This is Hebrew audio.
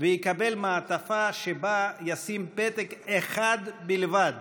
ויקבל מעטפה, ובה ישים פתק אחד בלבד